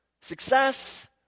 success